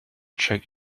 check